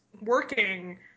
working